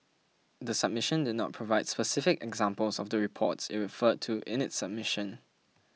the submission did not provide specific examples of the reports it referred to in its submission